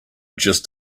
just